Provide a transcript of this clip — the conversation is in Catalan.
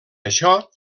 això